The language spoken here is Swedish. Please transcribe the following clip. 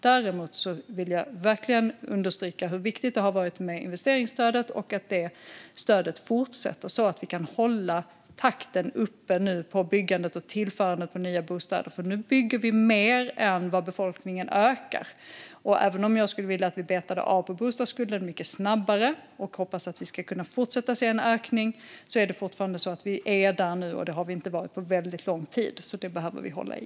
Jag vill dock understryka hur viktigt investeringsstödet har varit och hur viktigt ett fortsatt stöd är för att vi ska kunna hålla uppe takten på bostadsbyggandet. Nu bygger vi nämligen mer än vad befolkningen ökar. Även om jag skulle vilja beta av bostadsskulden mycket snabbare och hoppas kunna fortsätta se en ökning är vi ändå där vi är nu, och där har vi inte varit på väldigt lång tid. Det behöver vi hålla i.